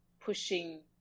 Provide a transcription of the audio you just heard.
pushing